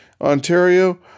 Ontario